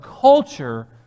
culture